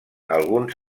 alguns